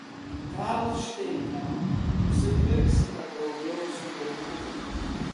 karlšteine nusipirksime daugiau suvenyrų